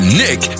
nick